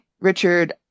Richard